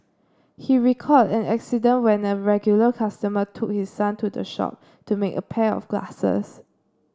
he recalled an incident when a regular customer took his son to the shop to make a pair of glasses